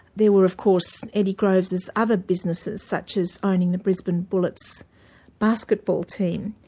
there were of course eddie groves's other businesses, such as owning the brisbane bullets basketball team.